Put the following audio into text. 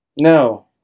No